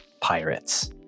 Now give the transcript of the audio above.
pirates